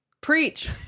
preach